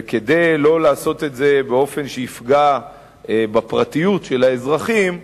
וכדי לא לעשות את זה באופן שיפגע בפרטיות של האזרחים,